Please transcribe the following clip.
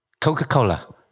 Coca-Cola